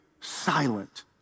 silent